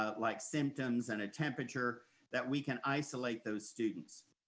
ah like symptoms and a temperature that we can isolate those students.